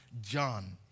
John